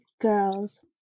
girls